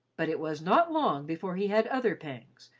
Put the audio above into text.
but it was not long before he had other pangs,